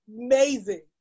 Amazing